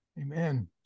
Amen